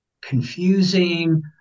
confusing